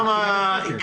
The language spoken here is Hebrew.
למשפחה עם שבעה ילדים.